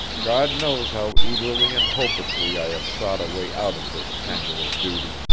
god knows how eagerly and hopelessly i have sought a way out of this tangle of duty.